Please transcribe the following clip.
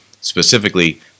specifically